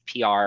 PR